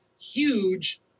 huge